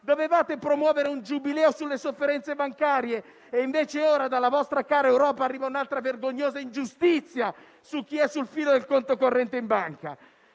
dovevate promuovere un giubileo sulle sofferenze bancarie: e invece ora, dalla vostra cara Europa, arriva un'altra vergognosa ingiustizia su chi è sul filo del conto corrente in banca.